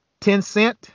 Tencent